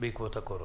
בעקבות הקורונה.